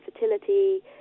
fertility